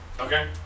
Okay